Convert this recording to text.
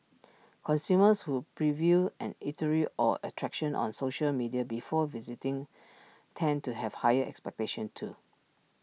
consumers who preview an eatery or attraction on social media before visiting tend to have higher expectations too